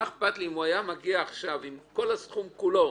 מה אכפת לי אם הוא היה מגיע עכשיו עם הסכום כולו?